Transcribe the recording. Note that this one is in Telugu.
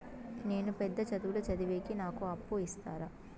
నేను పెద్ద చదువులు చదివేకి నాకు అప్పు ఇస్తారా